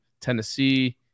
tennessee